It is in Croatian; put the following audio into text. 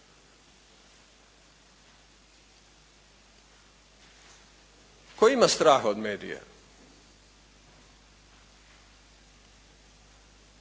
Tko ima strah od medija?